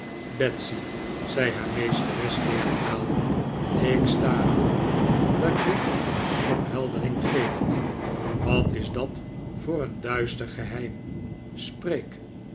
zei haar meesteres theatraal ik sta er op dat je een opheldering geeft wat is dat voor een duister geheim spreek